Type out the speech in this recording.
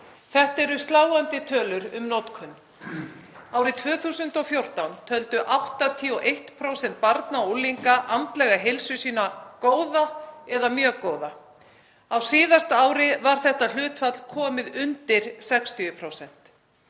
Þetta eru sláandi tölur um notkun. Árið 2014 töldu 81% barna og unglinga andlega heilsu sína góða eða mjög góða. Á síðasta ári var þetta hlutfall komið undir 60%.